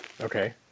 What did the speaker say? Okay